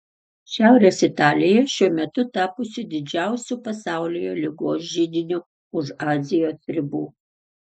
šiaurės italija šiuo metu tapusi didžiausiu pasaulyje ligos židiniu už azijos ribų